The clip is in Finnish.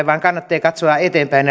vaan kannattaa katsoa eteenpäin